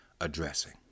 addressing